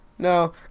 no